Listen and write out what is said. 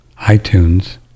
itunes